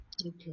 Okay